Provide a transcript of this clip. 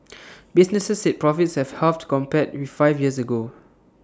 businesses said profits have halved compared with five years ago